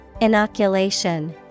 Inoculation